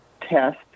test